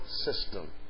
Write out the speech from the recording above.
system